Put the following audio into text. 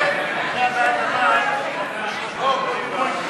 ההסתייגויות לסעיף 15, משרד הביטחון,